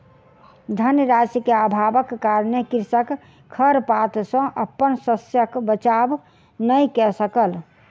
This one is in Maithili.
धन राशि के अभावक कारणेँ कृषक खरपात सॅ अपन शस्यक बचाव नै कय सकल